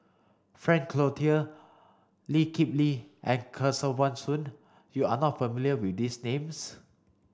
Frank Cloutier Lee Kip Lee and Kesavan Soon you are not familiar with these names